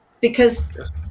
because-